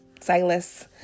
Silas